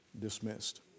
dismissed